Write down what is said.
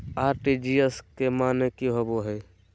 RTGS के माने की होबो है?